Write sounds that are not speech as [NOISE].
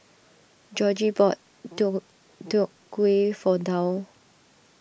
Georgie bought [UNINTELLIGIBLE] Deodeok Gui for Dow